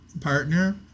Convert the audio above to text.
partner